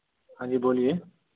हाँ जी बोलिए